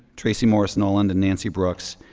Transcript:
tracy morris noland, and nancy brooks,